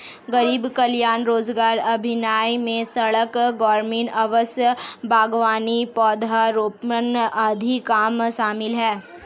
गरीब कल्याण रोजगार अभियान में सड़क, ग्रामीण आवास, बागवानी, पौधारोपण आदि काम शामिल है